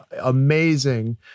amazing